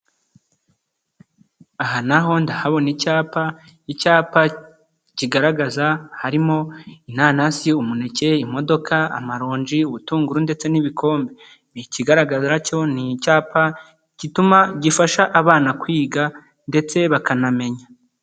Aha naho ndahabona icyapa, icyapa kigaragaza harimo inanasi, umuneke, imodoka, amarongi, ubutunguru ndetse n'ibikombe, ikigaragara cyo ni icyapa gituma gifasha abana kwiga ndetse bakanamenya.